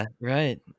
right